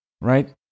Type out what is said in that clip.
right